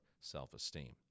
self-esteem